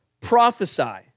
Prophesy